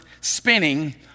spinning